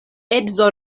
edzo